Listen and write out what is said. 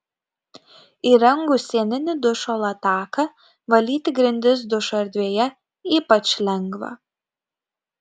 įrengus sieninį dušo lataką valyti grindis dušo erdvėje ypač lengva